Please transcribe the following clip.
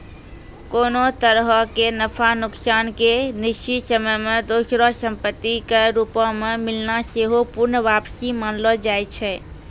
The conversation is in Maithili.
कोनो तरहो के नफा नुकसान के निश्चित समय मे दोसरो संपत्ति के रूपो मे मिलना सेहो पूर्ण वापसी मानलो जाय छै